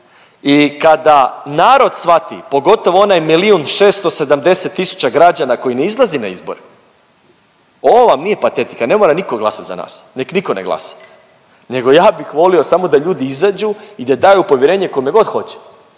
i kada narod shvati, pogotovo onaj milijun i 670 tisuća građana koji ne izlazi na izbore, ovo vam nije patetika, ne mora niko glasat za nas, nek niko ne glasa, nego ja bih volio samo da ljudi izađu i da daju povjerenje kome god hoće,